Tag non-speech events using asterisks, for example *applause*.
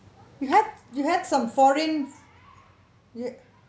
you have perhaps some foreign *noise*